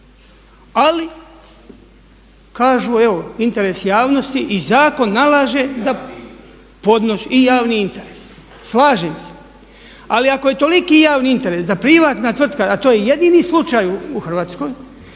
Ali kažu evo, interes javnosti i zakon nalaže da podnosi, i javni interes. Slažem se. Ali ako je toliki javni interes da privatna tvrtka, a to je jedini slučaj u Hrvatskoj